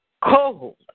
cold